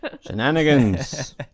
Shenanigans